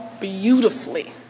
beautifully